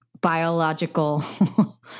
biological